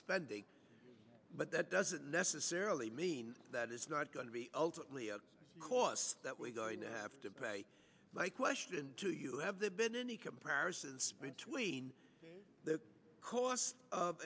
spending but that doesn't necessarily mean that it's not going to be ultimately a cost that we're going to have to pay my question to you have there been any comparisons between the cost of